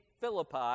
Philippi